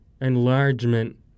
enlargement